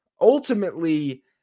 ultimately